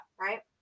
Right